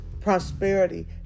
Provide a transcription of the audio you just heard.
prosperity